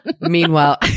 Meanwhile